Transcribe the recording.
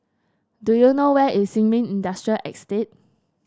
do you know where is Sin Ming Industrial Estate